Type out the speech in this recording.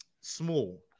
small